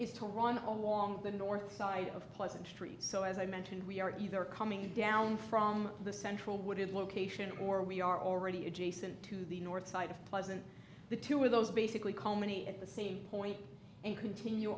is to run along the north side of pleasant street so as i mentioned we are either coming down from the central wooded location or we are already adjacent to the north side of pleasant the two are those basically company at the same point and continue